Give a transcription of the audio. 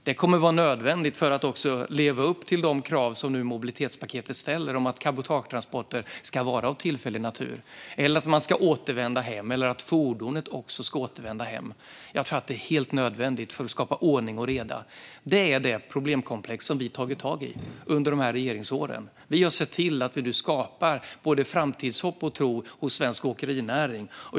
Det kommer att vara nödvändigt för att leva upp till de krav som mobilitetspaketet ställer på att cabotagetransporter ska vara av tillfällig natur, att man ska återvända hem eller att fordonet också ska återvända hem. Jag tror att det är helt nödvändigt för att skapa ordning och reda. Detta är det problemkomplex som vi har tagit tag i under regeringsåren. Vi har sett till att vi nu skapar både framtidshopp och tro hos svensk åkerinäring.